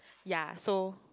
ya so